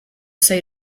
say